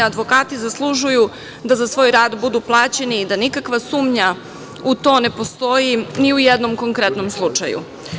Advokati zaslužuju da za svoj rad budu plaćeni i da nikakva sumnja u to ne postoji ni u jednom konkretnom slučaju.